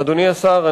אדוני השר,